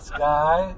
Sky